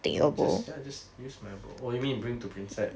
no just ya just use my bowl oh you mean bring to prinsep